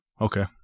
Okay